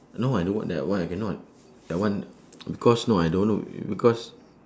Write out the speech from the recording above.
no I don't want that one I cannot that one because no I don't because